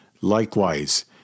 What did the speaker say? Likewise